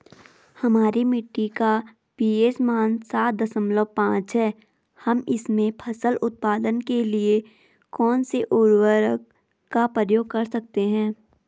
हमारी मिट्टी का पी.एच मान सात दशमलव पांच है हम इसमें फसल उत्पादन के लिए कौन से उर्वरक का प्रयोग कर सकते हैं?